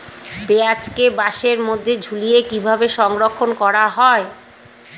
পেঁয়াজকে বাসের মধ্যে ঝুলিয়ে কিভাবে সংরক্ষণ করা হয়?